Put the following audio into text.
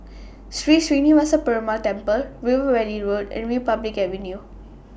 Sri Srinivasa Perumal Temple River Valley Road and Republic Avenue